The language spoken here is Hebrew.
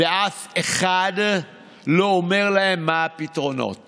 34 בעד, 67 נגד, ההסתייגות לא התקבלה.